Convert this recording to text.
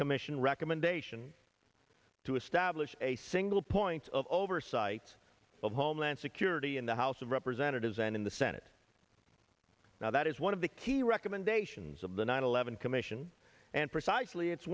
commission recommendation to establish a single point of oversight of homeland security in the house of representatives and in the senate now that is one of the key recommendations of the nine eleven commission and precisely it's